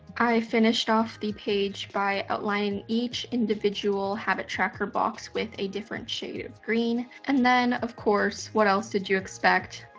i finished off the page by outlining each individual habit tracker box with a different shade of green. and then, of course, what else did you expect?